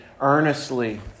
earnestly